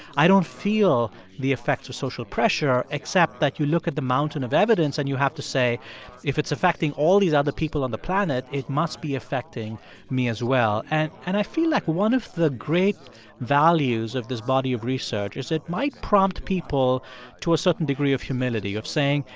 i don't feel the effects of social pressure, except that you look at the mountain of evidence. and you have to say if it's affecting all these other people on the planet, it must be affecting me as well. and and i feel like one of the great values of this body of research is it might prompt people to a certain degree of humility of saying,